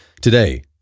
Today